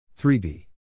3B